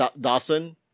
Dawson